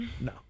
No